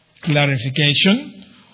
clarification